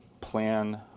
plan